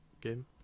game